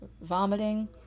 vomiting